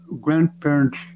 grandparents